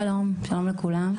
שלום לכולם.